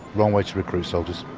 wrong way to recruit soldiers